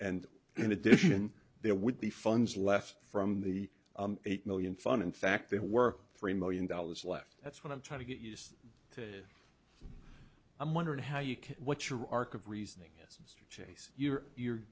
and in addition there would be funds left from the eight million fun in fact there were three million dollars left that's what i'm trying to get used to i'm wondering how you can what you archiv reasoning is chase you're you're